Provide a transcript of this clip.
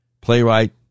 playwright